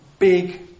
big